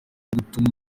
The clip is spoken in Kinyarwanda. gutunga